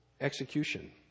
execution